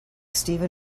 steven